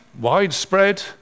widespread